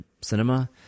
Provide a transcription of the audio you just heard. cinema